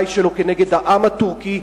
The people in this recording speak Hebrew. ודאי שלא כנגד העם הטורקי.